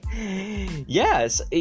Yes